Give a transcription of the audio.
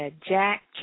Jack